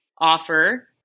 offer